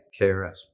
KRS